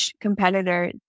competitor